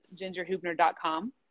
gingerhubner.com